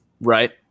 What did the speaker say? Right